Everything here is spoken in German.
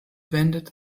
wendet